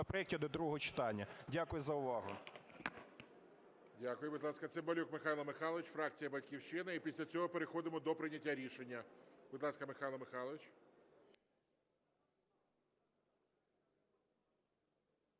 законопроекті до другого читання. Дякую за увагу. ГОЛОВУЮЧИЙ. Дякую. Будь ласка, Цимбалюк Михайло Михайлович, фракція "Батьківщина" і після цього переходимо до прийняття рішення. Будь ласка, Михайло Михайлович.